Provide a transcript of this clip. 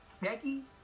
Becky